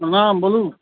प्रणाम बोलू